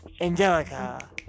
Angelica